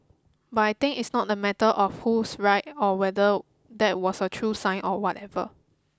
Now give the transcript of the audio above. but I think it's not a matter of who's right or whether that was a true sign or whatever